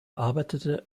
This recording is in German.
arbeitete